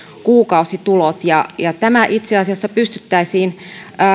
kuukausitulot tämä itse asiassa pystyttäisiin